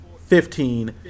fifteen